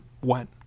went